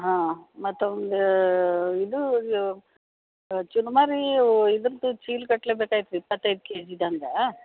ಹಾಂ ಮತ್ತೊಂದು ಇದು ಯೋ ಚುರ್ಮರಿ ಇದ್ರದ್ದು ಚೀಲಗಟ್ಲೆ ಬೇಕಾಗಿತ್ ರಿ ಇಪ್ಪತ್ತೈದು ಕೆಜಿದಂಗೆ